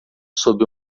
sob